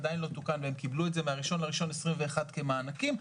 והם קיבלו את זה מה-1 בינואר 2021 כמענקים,